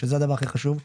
שזה הדבר הכי חשוב,